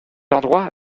endroit